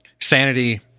sanity